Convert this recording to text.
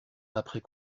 après